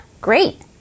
great